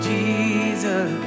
Jesus